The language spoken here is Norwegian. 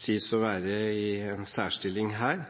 sies å være i en særstilling her.